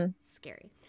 Scary